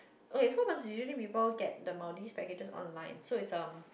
oh it's so people get the Maldives packages online so it's um